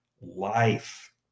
life